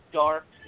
dark